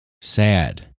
sad